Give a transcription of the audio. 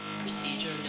Procedure